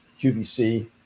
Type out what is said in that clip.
QVC